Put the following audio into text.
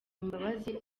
imbabazi